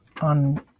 on